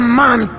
man